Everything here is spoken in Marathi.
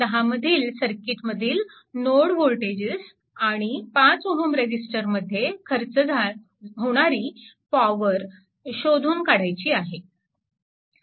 10 मधील सर्किटमधील नोड वोल्टेजेस आणि 5Ω रेजिस्टरमध्ये खर्च होणारी पॉवर शोधून काढायची आहे